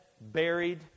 buried